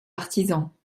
artisans